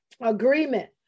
agreement